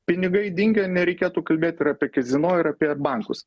pinigai dingę nereikėtų kalbėt ir apie kazino ir apie bankus